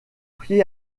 pris